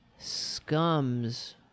Scums